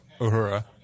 Uhura